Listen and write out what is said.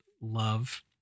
love